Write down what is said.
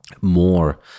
more